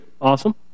awesome